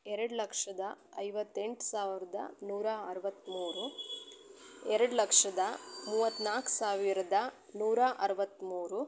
ಎರಡು ಲಕ್ಷದ ಐವತ್ತೆಂಟು ಸಾವಿರ್ದ ನೂರಾ ಅರವತ್ತ್ಮೂರು ಎರಡು ಲಕ್ಷದ ಮೂವತ್ತ್ನಾಲ್ಕು ಸಾವಿರದ ನೂರಾ ಅರವತ್ತ್ಮೂರು